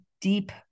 deep